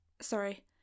Sorry